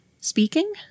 speaking